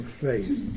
faith